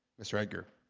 mr. edgar